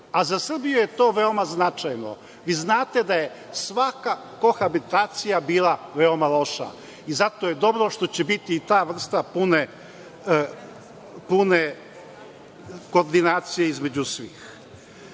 a za Srbiju je to veoma značajno i znate da je svaka kohabitacija bila veoma loša i zato je dobro što će biti ta vrsta pune koordinacije između svih. Reći